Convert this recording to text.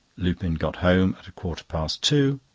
lupin got home at a quarter past two,